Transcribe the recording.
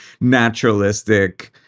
naturalistic